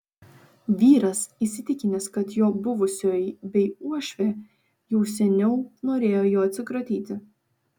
vyras įsitikinęs kad jo buvusioji bei uošvė jau seniau norėjo jo atsikratyti